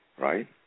Right